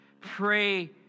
pray